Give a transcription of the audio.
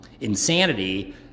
insanity